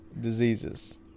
diseases